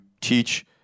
teach